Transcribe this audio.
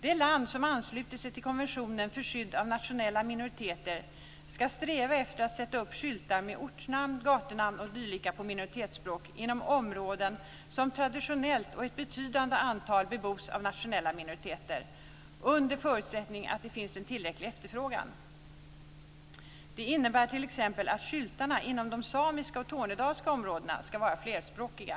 Det land som har anslutit sig till konventionen för skydd av nationella minoriteter ska sträva efter att sätta upp skyltar med ortnamn, gatunamn och dylikt på minoritetsspråk inom områden som traditionellt och i betydande antal bebos av nationella minoriteter, under förutsättning att det finns en tillräcklig efterfrågan. Det innebär t.ex. att skyltarna inom de samiska och tornedalska områdena ska vara flerspråkiga.